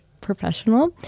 professional